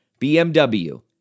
BMW